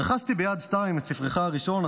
רכשתי מיד שנייה את ספרך הראשון,